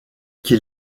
qui